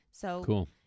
Cool